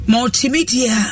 Multimedia